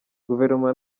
guverinoma